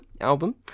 album